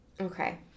Okay